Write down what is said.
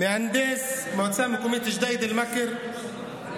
מהנדס מועצה מקומית ג'דיידה-מכר,